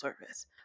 service